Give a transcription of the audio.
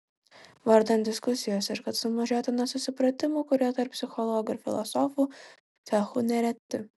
vardan diskusijos ir kad sumažėtų nesusipratimų kurie tarp psichologų ir filosofų cechų nereti